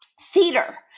theater